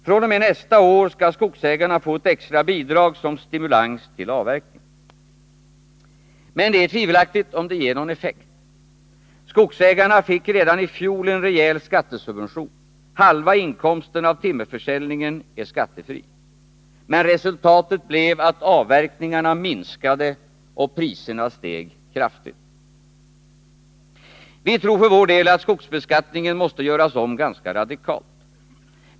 fr.o.m. nästa år skall skogsägarna få ett extra bidrag som stimulans till avverkning. Men det är tvivelaktigt om det ger någon effekt. Skogsägarna fick redan i fjol en rejäl skattesubvention — halva inkomsten av timmerförsäljningen är skattefri. Men resultatet blev att avverkningarna minskade och att priserna kraftigt steg. Vi tror för vår del att skogsbeskattningen måste göras om ganska radikalt.